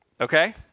Okay